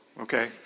okay